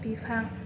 बिफां